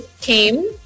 came